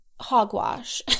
hogwash